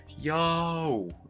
Yo